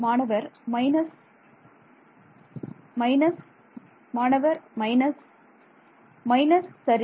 மாணவர் minus minus மாணவர் minus minus சரி